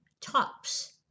tops